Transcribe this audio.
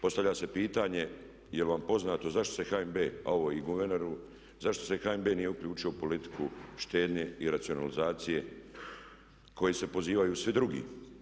Postavlja se pitanje je li vam poznato zašto se HNB a ovo i guverneru, zašto se HNB nije uključio u politiku štednje i racionalizacije koji se pozivaju svi drugi.